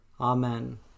Amen